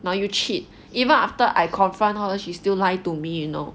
now you cheat even after I confront her she still lie to me you know